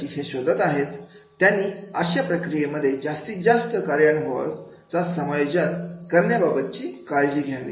हे शोधत आहेत त्यांनी अशा प्रक्रियेमध्ये जास्तीत जास्त कार्यानुभव समायोजित करण्याबाबत काळजी घ्यावी